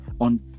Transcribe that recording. on